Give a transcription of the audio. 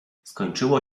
skończyło